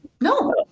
No